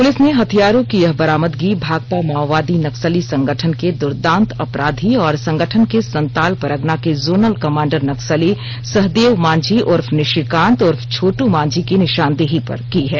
police ने हथियारों की यह बरामदगी भाकपा माओवादी नक्सली संगठन के दुर्दांत अपराधी और संगठन के संताल परगना के जोनल कमांडर नक्सली सहदेव मांझी उर्फ निशिकांत उर्फ छोट् मांझी की निशानदेही पर की है